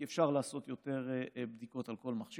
כי אפשר לעשות יותר בדיקות על כל מכשיר.